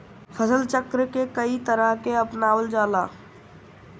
फसल चक्र के कयी तरह के अपनावल जाला?